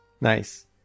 Nice